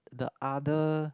the other